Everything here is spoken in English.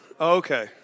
okay